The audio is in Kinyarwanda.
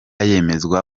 yemezwa